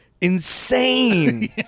insane